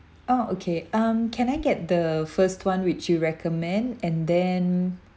oh okay um can I get the first one which you recommend and then